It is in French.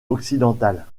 occidentale